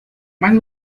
mas